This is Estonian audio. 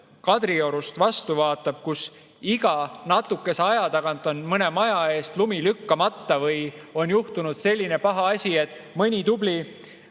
Kadriorus vastu vaatab – iga natukese aja tagant on mõne maja eest lumi lükkamata või on juhtunud selline paha asi, et mõni tubli